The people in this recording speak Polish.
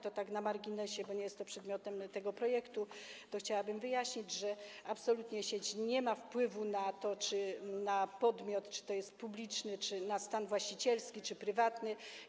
Tak na marginesie, bo nie jest to przedmiotem tego projektu, chciałabym wyjaśnić, że absolutnie sieć nie ma wpływu na podmiot, czy jest publiczny - chodzi o stan właścicielski - czy prywatny.